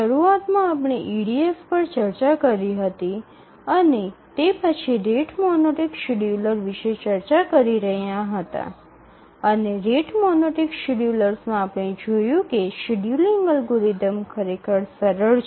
શરૂઆતમાં આપણે ઇડીએફ પર ચર્ચા કરી હતી અને તે પછી રેટ મોનોટોનિક શેડ્યૂલર વિશે ચર્ચા કરી રહ્યા હતા અને રેટ મોનોટોનિક શેડ્યૂલરમાં આપણે જોયું કે શેડ્યૂલિંગ અલ્ગોરિધમ ખરેખર સરળ છે